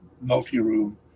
multi-room